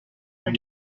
vous